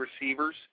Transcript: receivers